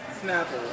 Snapper